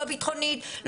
לא ביטחונית,